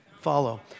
follow